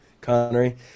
Connery